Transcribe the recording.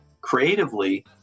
creatively